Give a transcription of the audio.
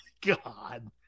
God